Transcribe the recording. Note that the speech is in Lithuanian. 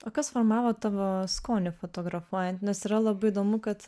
o kas formavo tavo skonį fotografuojant nes yra labai įdomu kad